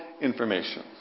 information